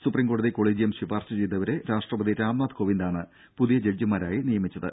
supreme കോടതി collegium ശുപാർശ ചെയ്തവരെ രാഷ്ട്രപതി രാംനാഥ് കോവിന്ദാണ് പുതിയ ജഡ്ജിമാരായി നിയമിച്ചത്